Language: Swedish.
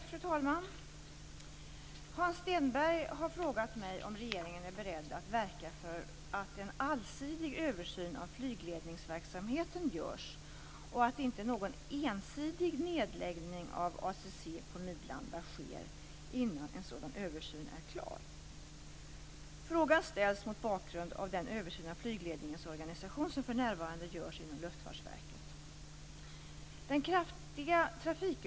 Fru talman! Hans Stenberg har frågat mig om regeringen är beredd att verka för att en allsidig översyn av flygledningsverksamheten görs och att inte någon ensidig nedläggning av ACC på Midlanda sker innan en sådan översyn är klar. Frågan ställs mot bakgrund av den översyn av flygledningens organisation som för närvarande görs inom Luftfartsverket.